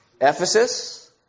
Ephesus